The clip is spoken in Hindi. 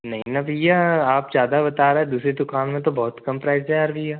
नहीं ना भईया आप ज़्यादा बता रहे दूसरी दुकान में तो बहुत कम प्राइज़ है यार भईया